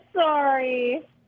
sorry